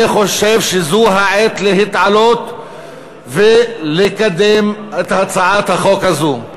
אני חושב שזאת העת להתעלות ולקדם את הצעת החוק הזאת.